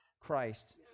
Christ